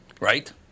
Right